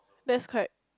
that's quite